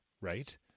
Right